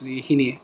এইখিনিয়ে